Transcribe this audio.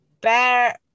Bear